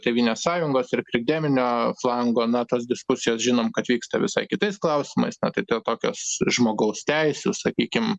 tėvynės sąjungos ir krikdeminio flango na tos diskusijos žinom kad vyksta visai kitais klausimais na to tokios žmogaus teisių sakykim